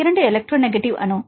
மாணவர் 2 எலக்ட்ரோநெக்டிவ் அணு